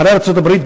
אחרי ארצות-הברית,